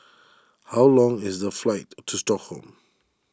how long is the flight to Stockholm